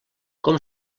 com